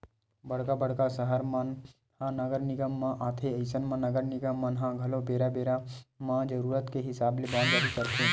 बड़का बड़का सहर मन ह नगर निगम मन म आथे अइसन म नगर निगम मन ह घलो बेरा बेरा म जरुरत के हिसाब ले बांड जारी करथे